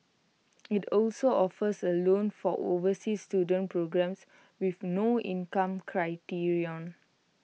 IT also offers A loan for overseas student programmes with no income criterion